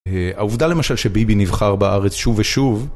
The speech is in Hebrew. העובדה למשל שביבי נבחר בארץ שוב ושוב